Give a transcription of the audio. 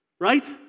Right